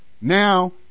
now